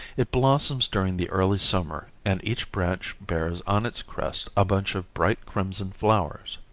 it blossoms during the early summer and each branch bears on its crest a bunch of bright crimson flowers.